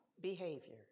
behavior